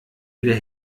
wieder